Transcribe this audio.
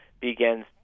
begins